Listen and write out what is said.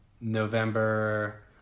November